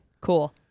Cool